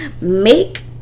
make